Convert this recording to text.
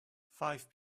five